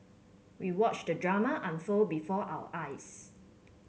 we watched the drama unfold before our eyes